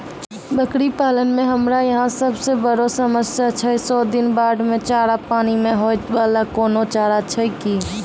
बकरी पालन मे हमरा यहाँ सब से बड़ो समस्या छै सौ दिन बाढ़ मे चारा, पानी मे होय वाला कोनो चारा छै कि?